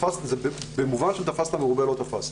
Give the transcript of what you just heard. זה במובן של תפסת מרובה לא תפסת.